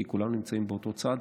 כי כולנו נמצאים באותו צד.